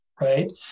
right